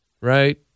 right